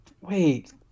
Wait